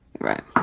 Right